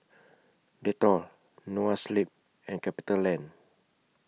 Dettol Noa Sleep and CapitaLand